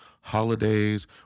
holidays